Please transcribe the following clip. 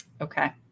Okay